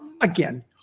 again